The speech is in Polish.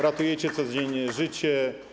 Ratujecie codziennie życie.